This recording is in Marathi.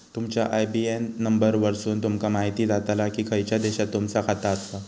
तुमच्या आय.बी.ए.एन नंबर वरसुन तुमका म्हायती जाताला की खयच्या देशात तुमचा खाता आसा